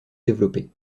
développé